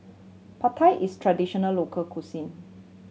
Pad Thai is traditional local cuisine